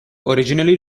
originally